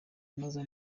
kunoza